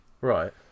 Right